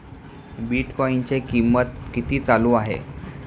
बिटकॉइनचे कीमत किती चालू आहे